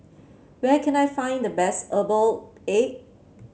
where can I find the best Herbal Egg